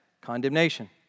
condemnation